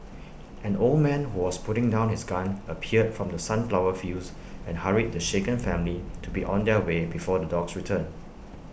an old man who was putting down his gun appeared from the sunflower fields and hurried the shaken family to be on their way before the dogs return